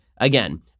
again